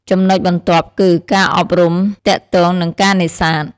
ចំណែុចបន្ទាប់គឺ ការអប់រំទាក់ទងនឹងការនេសាទ។